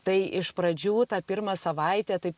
tai iš pradžių tą pirmą savaitę taip